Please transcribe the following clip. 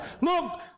Look